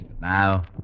Now